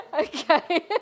Okay